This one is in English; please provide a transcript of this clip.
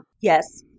Yes